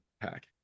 pack